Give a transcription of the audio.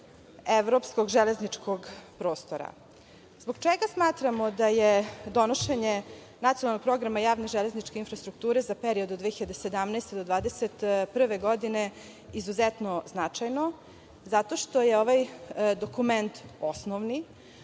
evropskog železničkog prostora. Zbog čega smatramo da je donošenje Nacionalnog programa javne železničke infrastrukture za period od 2017. do 2021. godine izuzetno značajno? Zato što je ovaj dokument osnovni.